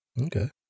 Okay